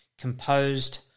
composed